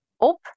op